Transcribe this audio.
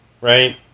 Right